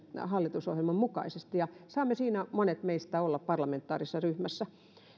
hallitusohjelman mukaisesti ja saamme monet meistä olla siinä parlamentaarisessa ryhmässä